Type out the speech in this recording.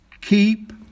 keep